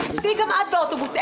סעי גם את באוטובוס.